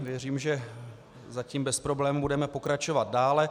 Věřím, že zatím bez problémů budeme pokračovat dále.